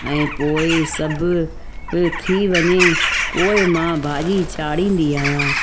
ऐं पोइ सभु थी वञे पोइ मां भाॼी चाढ़ींदी आहियां